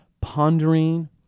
pondering